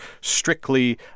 strictly